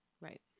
Right